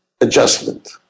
adjustment